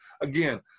Again